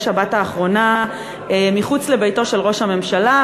השבת האחרונה מחוץ לביתו של ראש הממשלה,